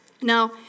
Now